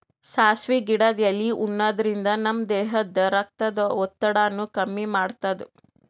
ಸಾಸ್ವಿ ಗಿಡದ್ ಎಲಿ ಉಣಾದ್ರಿನ್ದ ನಮ್ ದೇಹದ್ದ್ ರಕ್ತದ್ ಒತ್ತಡಾನು ಕಮ್ಮಿ ಮಾಡ್ತದ್